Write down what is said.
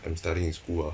I'm studying in school ah